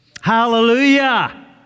Hallelujah